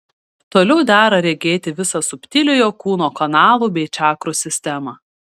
toliau dera regėti visą subtiliojo kūno kanalų bei čakrų sistemą